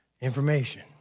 information